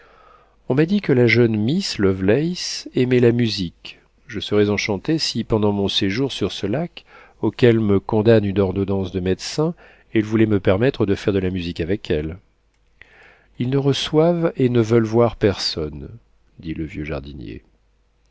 on m'a dit que la jeune miss lovelace aimait la musique je serais enchanté si pendant mon séjour sur ce lac auquel me condamne une ordonnance de médecin elle voulait me permettre de faire de la musique avec elle ils ne reçoivent et ne veulent voir personne dit le vieux jardinier